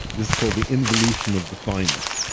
this is called the involution of the thymus.